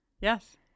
yes